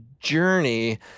journey